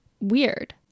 weird